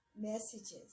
messages